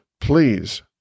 Please